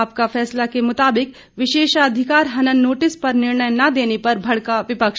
आपका फैसला के मुताबिक विशेषाधिकार हनन नोटिस पर निर्णय न देने पर भड़का विपक्ष